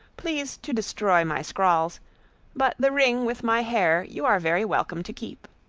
please to destroy my scrawls but the ring with my hair you are very welcome to keep.